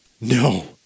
No